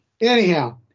Anyhow